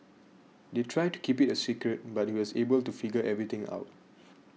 they tried to keep it a secret but he was able to figure everything out